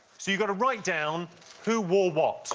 so you've got to write down who wore what.